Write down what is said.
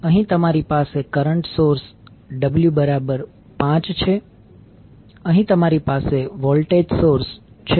અહીં તમારી પાસે કરંટ સોર્સ ω 5 છે અહીં તમારી પાસે વોલ્ટેજ સોર્સ છે જ્યાં ω 2 છે